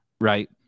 right